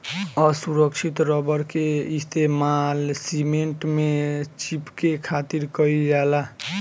असुरक्षित रबड़ के इस्तेमाल सीमेंट में चिपके खातिर कईल जाला